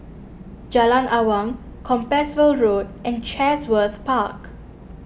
Jalan Awang Compassvale Road and Chatsworth Park